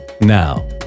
now